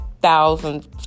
thousands